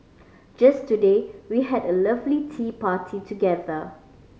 just today we had a lovely tea party together